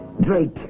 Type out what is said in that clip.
Drake